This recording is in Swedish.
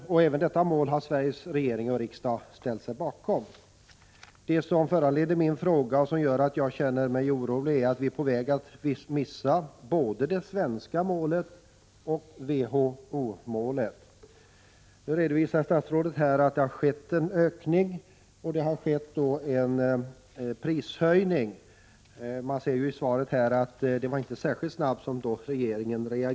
Även detta mål har Sveriges riksdag och regering ställt sig bakom. Det som föranleder min fråga och som gör att jag känner mig orolig är att vi är på väg att missa både det svenska målet och WHO-målet. Nu redovisar statsrådet att konsumtionen av alkoholdrycker har ökat. Men det har även skett en prishöjning av alkoholdryckerna. Av svaret framgår emellertid att regeringen inte reagerade särskilt snabbt.